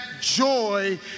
joy